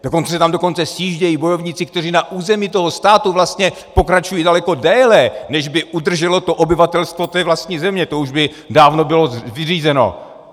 Dokonce se tam sjíždějí bojovníci, kteří na území toho státu vlastně pokračují daleko déle, než by udrželo to obyvatelstvo té vlastní země, to už by dávno bylo vyřízeno.